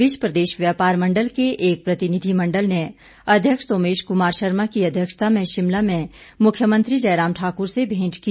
इस बीच प्रदेश व्यापार मंडल के एक प्रतिनिधिमंडल ने अध्यक्ष सोमेश कुमार शर्मा की अध्यक्षता में शिमला में मुख्यमंत्री जयराम ठाक्र से भेंट की